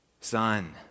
Son